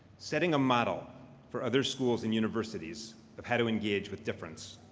setting a model for other schools and universities of how to engage with difference.